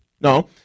No